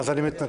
אז אני מתנצל.